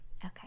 Okay